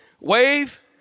Wave